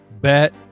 bet